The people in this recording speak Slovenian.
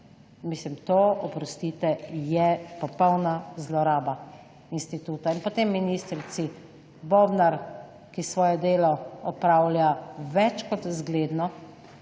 mislim, to, oprostite, je popolna zloraba instituta. In potem ministrici Bobnar, ki svoje delo opravlja več kot zgledno,